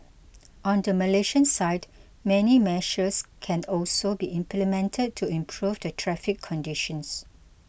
on the Malaysian side many measures can also be implemented to improve the traffic conditions